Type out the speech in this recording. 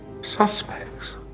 Suspects